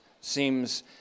seems